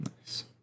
nice